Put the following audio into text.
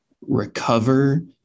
recover